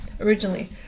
originally